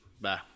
Bye